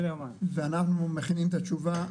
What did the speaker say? ואנחנו מכינים את התשובה,